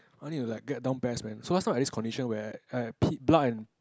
I only need to like get down PES man so last time I have this condition where I I peed blood and